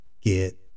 get